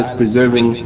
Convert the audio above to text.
preserving